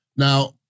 Now